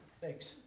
Thanks